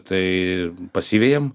tai pasivejam